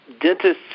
dentists